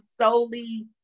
solely